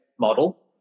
model